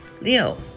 Leo